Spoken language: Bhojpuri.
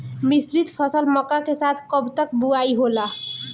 मिश्रित फसल मक्का के साथ कब तक बुआई होला?